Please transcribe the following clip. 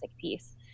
piece